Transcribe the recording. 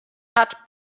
hat